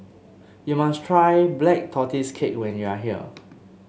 you must try Black Tortoise Cake when you are here